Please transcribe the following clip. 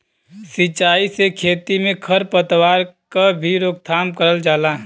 सिंचाई से खेती में खर पतवार क भी रोकथाम करल जाला